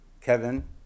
Kevin